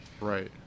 Right